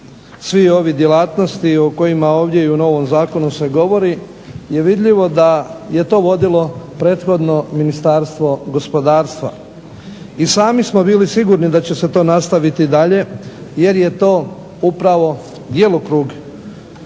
svih ovih djelatnosti o kojima ovdje i u novom zakonu se govori je vidljivo da je to vodilo prethodno Ministarstvo gospodarstva. I sami smo bili sigurni da će se to nastaviti i dalje jer je to upravo djelokrug